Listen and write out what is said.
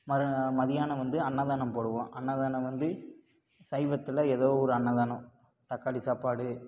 மறுநா மத்தியானம் வந்து அன்னதானம் போடுவோம் அன்னதானம் வந்து சைவத்தில் ஏதோ ஒரு அன்னதானம் தக்காளி சாப்பாடு